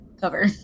cover